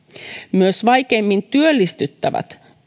myös vaikeimmin työllistettävät